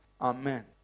Amen